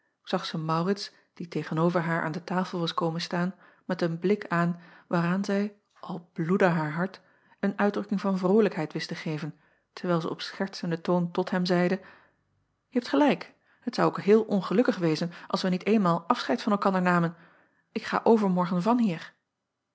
zag zij aurits die tegen-over haar aan de tafel was komen staan met een blik aan waaraan zij al bloedde haar hart een uitdrukking van vrolijkheid wist acob van ennep laasje evenster delen te geven terwijl zij op schertsenden toon tot hem zeide e hebt gelijk het zou ook heel ongelukkig wezen als wij niet eenmaal afscheid van elkander namen k ga overmorgen vanhier